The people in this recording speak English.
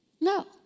No